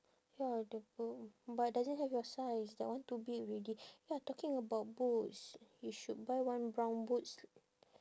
ya the boot but doesn't have your size that one too big already ya talking about boots you should buy one brown boots